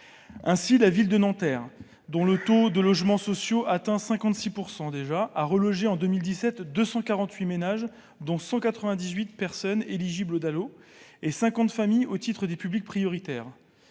Ainsi, la ville de Nanterre, dont le taux de logements sociaux atteint les 56 %, a relogé, en 2017, 248 ménages prioritaires, dont 198 personnes éligibles au DALO et 50 familles au titre des publics prioritaire,